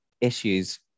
issues